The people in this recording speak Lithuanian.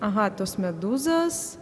aha tos medūzos